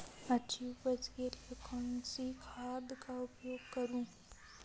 अच्छी उपज के लिए कौनसी खाद का उपयोग करूं?